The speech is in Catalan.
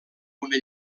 una